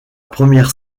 première